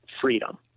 freedom